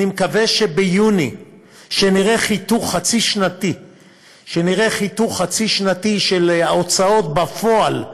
אני מקווה שביוני נראה חיתוך חצי-שנתי של ההוצאות בפועל,